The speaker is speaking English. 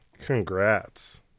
Congrats